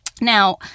Now